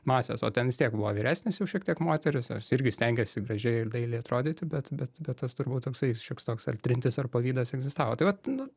masės o ten vis tiek buvo vyresnės jau šiek tiek moterys jos irgi stengėsi gražiai ir dailiai atrodyti bet bet bet tas turbūt toksai šioks toks ar trintis ar pavydas egzistavo tai vat nu